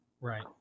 Right